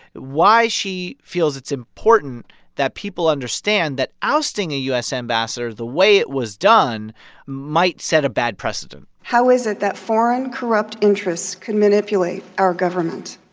why she feels it's important that people understand that ousting a u s. ambassador the way it was done might set a bad precedent how is it that foreign corrupt interests could manipulate our government?